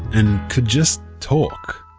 and could just talk.